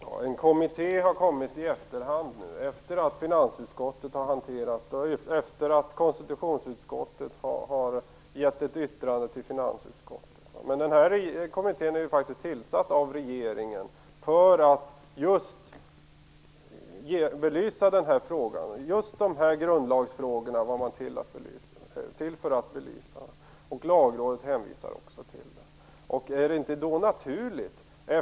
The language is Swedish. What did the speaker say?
Fru talman! En kommitté har kommit i efterhand, efter det att konstitutionsutskottet har avgivit ett yttrande till finansutskottet. Men denna kommitté är faktiskt tillsatt av regeringen för att just belysa dessa grundlagsfrågor. Lagrådet hänvisar också till den.